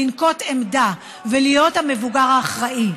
לנקוט עמדה ולהיות המבוגר האחראי.